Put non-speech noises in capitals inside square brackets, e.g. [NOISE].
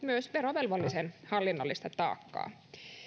[UNINTELLIGIBLE] myös verovelvollisen hallinnollista taakkaa